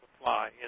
Fly